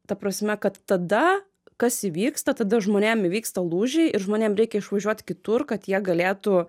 ta prasme kad tada kas įvyksta tada žmonėm įvyksta lūžiai ir žmonėm reikia išvažiuot kitur kad jie galėtų